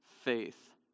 faith